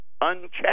unchecked